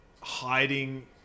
hiding